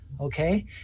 Okay